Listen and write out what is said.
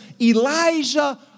Elijah